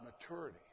maturity